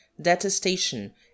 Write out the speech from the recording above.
detestation